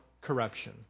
corruption